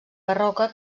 barroca